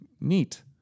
neat